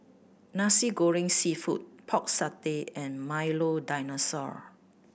Nasi Goreng Seafood Pork Satay and Milo Dinosaur